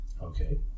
Okay